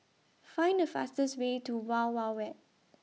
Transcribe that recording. Find The fastest Way to Wild Wild Wet